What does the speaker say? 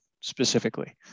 specifically